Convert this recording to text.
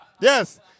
yes